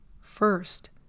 First